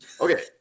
Okay